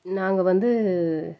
நாங்கள் வந்து